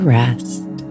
rest